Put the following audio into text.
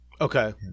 Okay